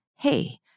hey